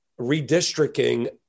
redistricting